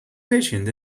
patient